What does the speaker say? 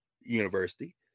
university